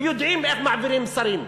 ויודעים איך מעבירים מסרים.